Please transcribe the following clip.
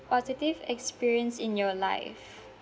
positive experience in your life